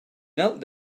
knelt